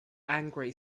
angry